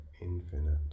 Infinite